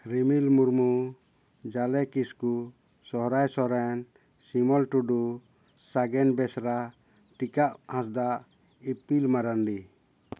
ᱨᱤᱢᱤᱞ ᱢᱩᱨᱢᱩ ᱡᱟᱞᱮ ᱠᱤᱥᱠᱩ ᱥᱚᱨᱦᱟᱭ ᱥᱚᱨᱮᱱ ᱥᱤᱢᱚᱞ ᱴᱩᱰᱩ ᱥᱟᱜᱮᱱ ᱵᱮᱥᱨᱟ ᱴᱤᱠᱟᱹᱜ ᱦᱟᱸᱥᱫᱟ ᱤᱯᱤᱞ ᱢᱟᱨᱟᱱᱰᱤ